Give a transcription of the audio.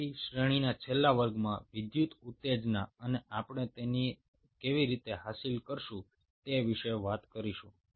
તેથી શ્રેણીના છેલ્લા વર્ગમાં વિદ્યુત ઉત્તેજના અને આપણે તેને કેવી રીતે હાંસલ કરીશું તે વિશે વાત કરીશું